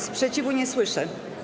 Sprzeciwu nie słyszę.